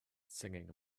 singing